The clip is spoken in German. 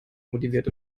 motiviert